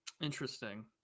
Interesting